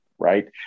right